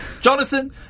Jonathan